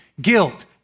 guilt